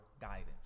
guidance